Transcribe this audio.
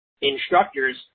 instructors